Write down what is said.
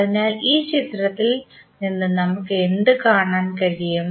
അതിനാൽ ഈ ചിത്രത്തിൽ നിന്ന് നമുക്ക് എന്ത് കാണാൻ കഴിയും